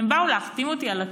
הן באו להחתים אותי על עצומה,